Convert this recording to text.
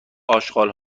اشغال